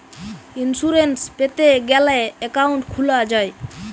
insurance পেতে গ্যালে account খুলা যায়